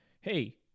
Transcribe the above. hey